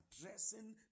addressing